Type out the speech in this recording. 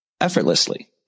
effortlessly